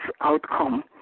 outcome